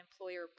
employer